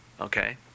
okay